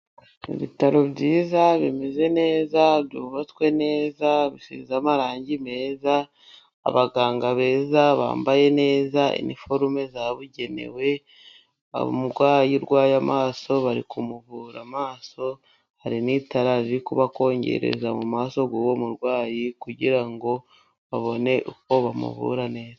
Ibitaro byiza bimeze neza byubastwe neza, bisize amarangi meza, abaganga beza, bambaye neza iniforume zabugenewe. Umurwayi urwaye amaso bari kumuvura amaso, hari n'itara riri kubakongereza mu maso y'uwo murwayi kugira ngo babone uko bamuvura neza.